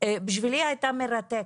בשבילי הייתה מרתקת.